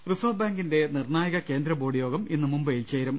reserve ബാങ്കിന്റെ നിർണായക കേന്ദ്ര ബോർഡ് യോഗം ഇന്ന് മുംബൈയിൽ ചേരും